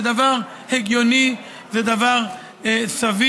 זה דבר הגיוני, זה דבר סביר.